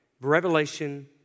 Revelation